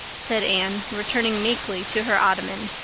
said anne, returning meekly to her ottoman.